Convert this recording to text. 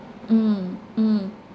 mm mm